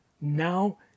Now